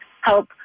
help